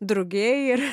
drugiai ir